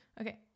Okay